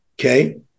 Okay